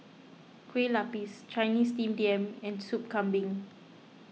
Kueh Lapis Chinese Steamed Yam and Sup Kambing